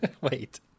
Wait